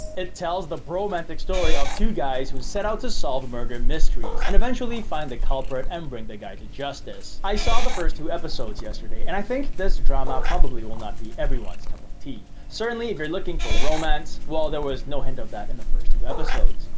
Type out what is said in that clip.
it tells the bromantic story of two guys who set out to solve murder mysteries and eventually find the culprit and bring the guy to justice. i saw the first two episodes yesterday and i think this drama probably will not be everyone's cup of tea. certainly, if you're looking for romance, well there was no hint of that in the first two episodes.